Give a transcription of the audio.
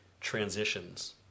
transitions